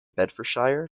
bedfordshire